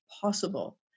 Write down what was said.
possible